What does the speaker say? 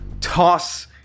toss